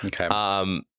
Okay